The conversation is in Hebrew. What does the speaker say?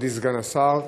מכובדי סגן השר,